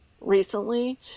recently